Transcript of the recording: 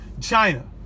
China